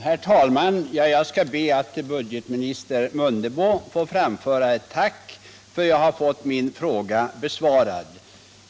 Herr talman! Jag skall be att till budgetminister Mundebo få framföra ett tack för att jag fått min fråga besvarad.